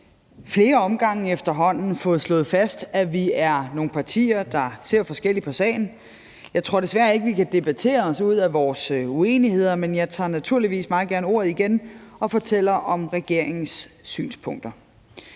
flere omgange efterhånden fået slået fast, at vi er nogle partier, der ser forskelligt på sagen. Jeg tror desværre ikke, vi kan debattere os ud af vores uenigheder, men jeg tager naturligvis meget gerne ordet igen og fortæller om regeringens synspunkter.